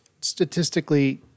statistically